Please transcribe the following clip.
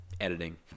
Editing